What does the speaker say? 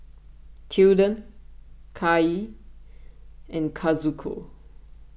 Tilden Kaia and Kazuko